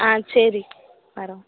ஆ சரி வர்றோம்